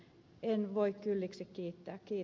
en voi kylliksi kiittää